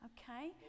Okay